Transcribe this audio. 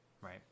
Right